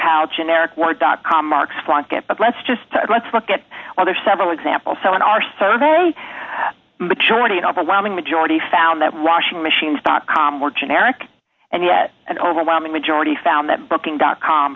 how generic work dot com marks flunk it but let's just let's look at other several examples so in our survey majority overwhelming majority found that washing machines dot com were generic and yet an overwhelming majority found that booking dot com